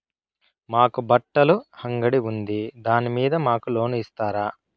మాకు బట్టలు అంగడి ఉంది దాని మీద మాకు లోను ఇస్తారా